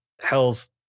hell's